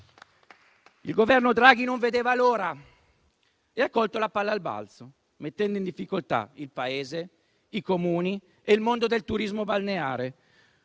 Il Governo Draghi non vedeva l'ora e ha colto la palla al balzo, mettendo in difficoltà il Paese, i Comuni e il mondo del turismo balneare,